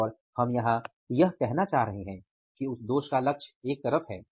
और हम यहां यह कहना चाह रहे हैं कि उस दोष का लक्ष्य एक तरफ है